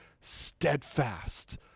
steadfast